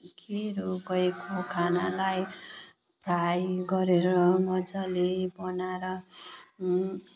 खेर गएको खानालाई फ्राई गरेर मजाले बनाएर